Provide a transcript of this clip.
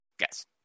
Yes